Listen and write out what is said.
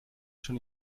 schon